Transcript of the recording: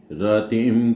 ratim